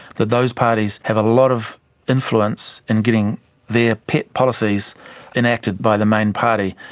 that those parties have a lot of influence in getting their pet policies enacted by the main party.